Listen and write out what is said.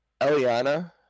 Eliana